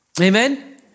Amen